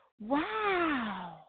wow